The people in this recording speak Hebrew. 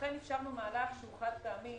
לכן אפשרנו מהלך שהוא חד פעמי